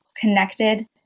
connected